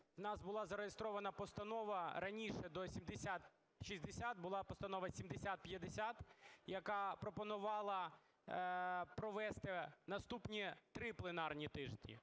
У нас була зареєстрована постанова раніше, до 7060 була Постанова 7050, яка пропонувала провести наступні три пленарні тижні.